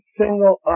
single